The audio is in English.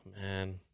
Man